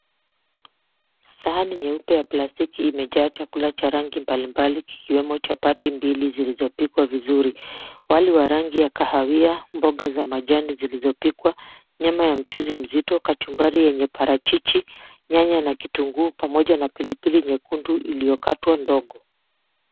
Sahani nyeupe ya plastiki imejaa chakula cha rangi mbalimbali kikiwemo chapati mbili zilizopikwa vizuri. Wali wa rangi ya kahawia, mboga za majani zilizopikwa, nyama ya mchuzi mzito, kachumbari yenye parachichi nyanya na kitunguu pamoja na pilipili nyekundu iliyokatwa ndogo.